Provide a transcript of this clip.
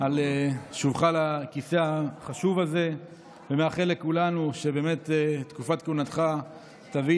על שובך לכיסא החשוב הזה ומאחל לכולנו שבאמת תקופת כהונתך תביא